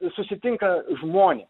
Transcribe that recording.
susitinka žmonės